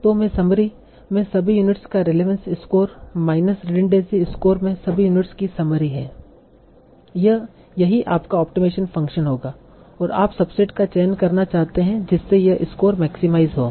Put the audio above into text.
तों समरी में सभी यूनिट्स का relevance score minus redundancy score में सभी यूनिट्स की समरी है यही आपका ऑप्टिमाइजेशन फंक्शन होगा और आप सबसेट का चयन करना चाहते हैं जिससे यह स्कोर मैक्सीमाईज हो